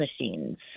machines